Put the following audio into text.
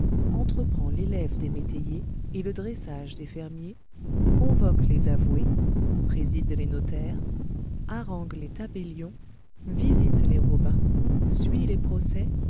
entreprend l'élève des métayers et le dressage des fermiers convoque les avoués préside les notaires harangue les tabellions visite les robins suit les procès